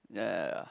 ya ya ya